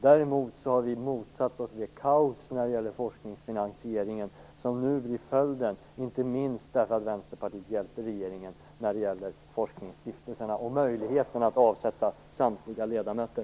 Däremot har vi motsatt oss det kaos inom forskningsfinansieringen som nu blir följden, inte minst därför att Vänsterpartiet hjälpte regeringen när det gällde forskningsstiftelserna och möjligheten att avsätta samtliga ledamöter.